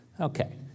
Okay